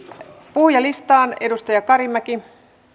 puhujalistaan edustaja karimäki